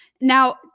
Now